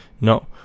No